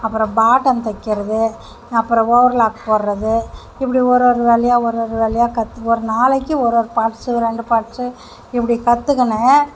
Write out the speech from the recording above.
அப்புறம் பாட்டம் தைக்கிறது அப்புறம் ஓவர்லாக் போடுவது இப்படி ஒரு ஒரு வேலையாக ஒரு ஒரு வேலையாக கற்று ஒரு நாளைக்கு ஒரு ஒரு பாட்ஸ்சு ரெண்டு பாட்ஸ்சு இப்படி கற்றுக்கின்னு